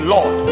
Lord